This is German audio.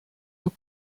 und